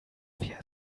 wir